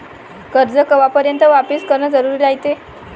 कर्ज कवापर्यंत वापिस करन जरुरी रायते?